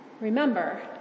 Remember